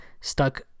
stuck